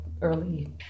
early